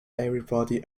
everybody